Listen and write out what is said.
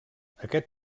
aquest